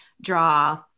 draw